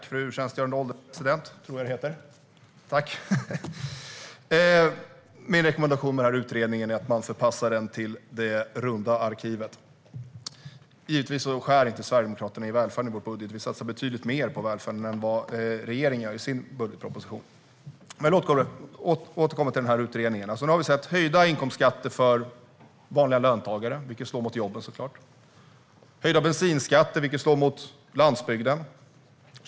Fru ålderspresident! Min rekommendation är att man förpassar den här utredningen till det runda arkivet. Givetvis skär vi sverigedemokrater inte i välfärden i vår budget. Vi satsar betydligt mer på välfärden än regeringen gör i sin budgetproposition. Men låt mig återvända till utredningen. Vi har sett höjd inkomstskatt för vanliga löntagare, vilket såklart slår mot jobben, och höjd bensinskatt som slår mot landsbygden.